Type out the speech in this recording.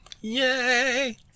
Yay